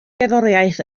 gerddoriaeth